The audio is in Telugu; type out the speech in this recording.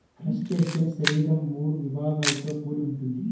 క్రస్టేసియన్ శరీరం మూడు విభాగాలతో కూడి ఉంటుంది